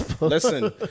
Listen